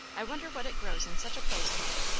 i wonder what it grows in such a place for!